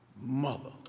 mother